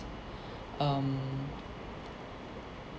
um